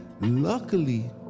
Luckily